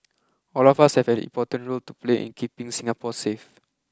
all of us have an important role to play in keeping Singapore safe